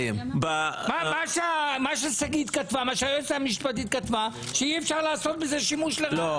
מה שהיועצת המשפטית כתבה זה שאי אפשר לעשות בזה שימוש לרעה.